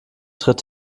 tritt